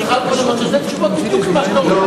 שנותן תשובות בדיוק למה שאתה אומר.